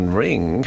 ring